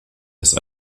ist